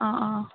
অঁ অঁ